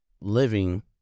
living